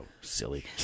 silly